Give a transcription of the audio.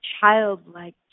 childlike